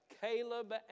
Caleb